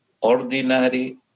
ordinary